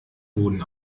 boden